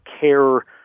care